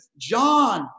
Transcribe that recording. John